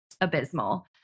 abysmal